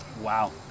Wow